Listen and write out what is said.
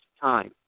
time